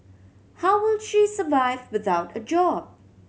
how will she survive without a job